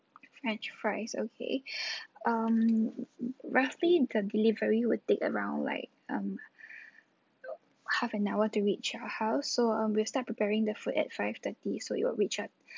french fries okay um roughly the delivery will take around like um half an hour to reach your house so um we'll start preparing the food at five thirty so it will reach your